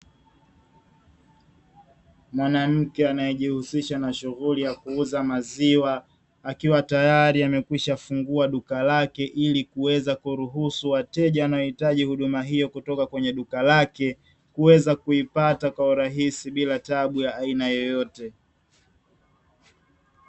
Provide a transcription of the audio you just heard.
Mwanamke anayejihusisha na shughuli ya kuuza maziwa, akiwa tayari amekwisha fungua duka lake, ili kuweza kuruhusu wateja wanaohitaji huduma hiyo kutoka kwenye duka lake, kuweza kuipata kwa urahisi bila tabu ya aina yoyote.